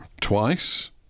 twice